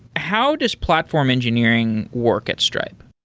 how does platform engineering work at stripe?